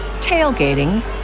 tailgating